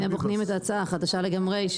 אנחנו שנייה בודקים את ההצעה החדשה לגמרי.